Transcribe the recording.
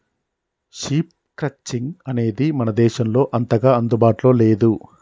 sheep crutching అనేది మన దేశంలో అంతగా అందుబాటులో లేదు